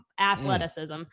athleticism